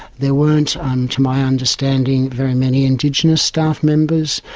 there weren't, um to my understanding, very many indigenous staff members.